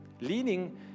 Leaning